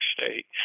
state